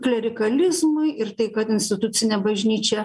klerikalizmui ir tai kad institucinė bažnyčia